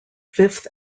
fifth